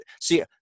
see